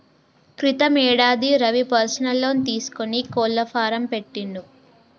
క్రితం యేడాది Ravi personal loan తీసుకొని కోళ్ల ఫాం పెట్టిండు